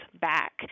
back